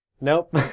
nope